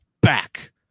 back